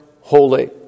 holy